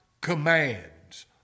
commands